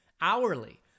hourly